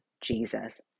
Jesus